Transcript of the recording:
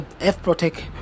F-Protect